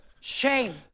shame